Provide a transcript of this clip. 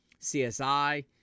CSI